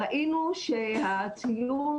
ראינו שהציון